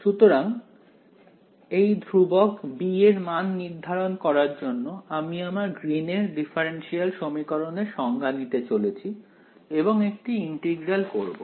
সুতরাং এই ধ্রুবক b এর মান নির্ধারণ করার জন্য আমি আমার গ্রীন এর ডিফারেন্সিয়াল সমীকরণের সংজ্ঞা নিতে চলেছি এবং একটি ইন্টিগ্রাল করব